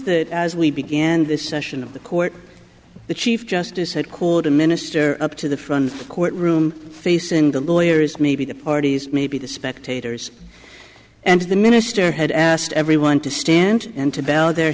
that as we began this session of the court the chief justice had called a minister up to the front court room facing the lawyers maybe the parties maybe the spectators and the minister had asked everyone to stand and to bellow their